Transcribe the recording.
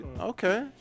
okay